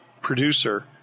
producer